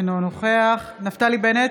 אינו נוכח נפתלי בנט,